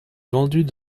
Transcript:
vendus